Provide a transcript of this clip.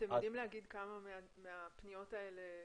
אתם יודעים להגיד כמה מהפניות האלה,